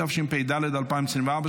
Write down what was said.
התשפ"ד 2024,